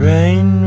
Rain